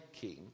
king